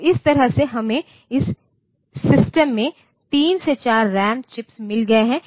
तो इस तरह से हमें इस सिस्टम में 3 4 रैम चिप्स मिल गए हैं